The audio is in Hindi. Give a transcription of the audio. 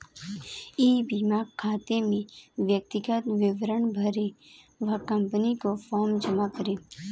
ई बीमा खाता में व्यक्तिगत विवरण भरें व कंपनी को फॉर्म जमा करें